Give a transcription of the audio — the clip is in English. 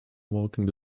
walking